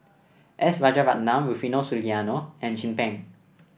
S Rajaratnam Rufino Soliano and Chin Peng